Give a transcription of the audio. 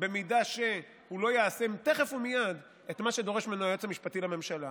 אם הוא לא יעשה תכף ומייד את מה שדורש ממנו היועץ המשפטי לממשלה?